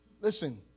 Listen